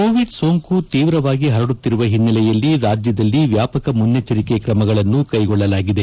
Covid ಸೋಂಕು ತೀವ್ರವಾಗಿ ಹರಡುತ್ತಿರುವ ಹಿನ್ನೆಲೆಯಲ್ಲಿ ರಾಜ್ಯದಲ್ಲಿ ವ್ಯಾಪಕ ಮುನ್ನೆಚ್ಚರಿಕೆ ಕ್ರಮಗಳನ್ನು ಕೈಗೊಳ್ಳಲಾಗಿದೆ